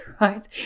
right